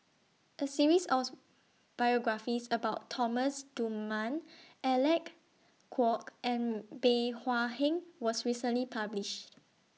A series also biographies about Thomas Dunman Alec Kuok and Bey Hua Heng was recently published